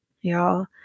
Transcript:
y'all